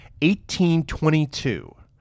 1822